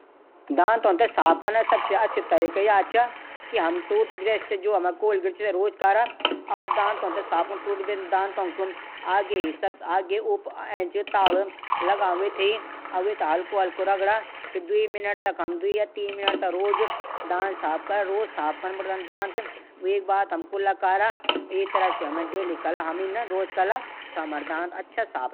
दांतो थै साफ कनै अछू तरीका याच कि हम रोज दंतमजन कन चैंद। दांतो थै मिलेकी बराबर ऊपर नीचे रगडी की अचछु से साफ करला। दातों एंच ताल बराबर हल्कू बुरूष से रगडी साफ कन चैंद।